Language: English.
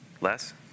less